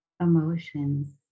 emotions